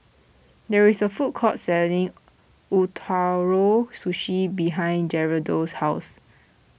there is a food court selling Ootoro Sushi behind Gerardo's house